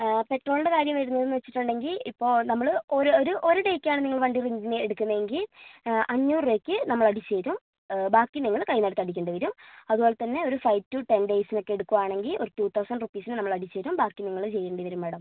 പെട്രോളിൻ്റെ കാര്യം വരുന്നതെന്നു വച്ചിട്ടുണ്ടെങ്കിൽ ഇപ്പോൾ നമ്മൾ ഒരു ഒരു ഒരു ഡേയ്ക്കാണ് നിങ്ങൾ വണ്ടി പിന്നെ എടുക്കുന്നതെങ്കിൽ അഞ്ഞൂറു രൂപയ്ക്ക് നമ്മളടിച്ചു തരും ബാക്കി നിങ്ങൾ കൈയ്യിൽ നിന്നെടുത്തടക്കേണ്ടിവരും അതുപോലെത്തന്നെ ഒരു ഫൈവ് ടു ടെൻ ഡേയ്സിനൊക്കെ എടുക്കുകയാണെങ്കിൽ ഒരു ടു തൗസന്റ് റുപ്പീസിനു നമ്മളടിച്ചുതരും ബാക്കി നിങ്ങൾ ചെയ്യേണ്ടിവരും മാഡം